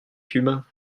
cumin